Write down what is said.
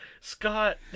scott